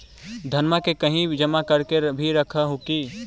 धनमा के कहिं जमा कर के भी रख हू की?